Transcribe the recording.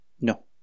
No